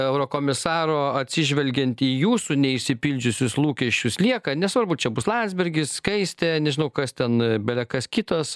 eurokomisaro atsižvelgiant į jūsų neišsipildžiusius lūkesčius lieka nesvarbu čia bus landsbergis skaistė nežinau kas ten bele kas kitas